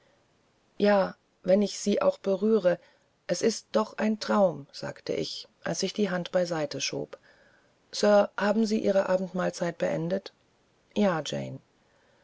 ja wenn ich sie auch berühre es ist doch ein traum sagte ich als ich die hand beiseite schob sir haben sie ihre abendmahlzeit beendet ja